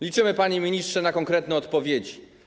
Liczymy, panie ministrze, na konkretne odpowiedzi.